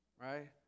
right